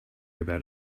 about